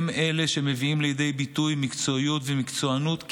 הם אלה שמביאים לידי ביטוי מקצועיות ומקצוענות,